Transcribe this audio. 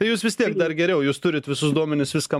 tai jūs vis tiek dar geriau jūs turit visus duomenis viską